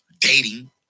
dating